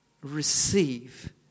receive